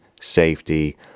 safety